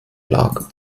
lager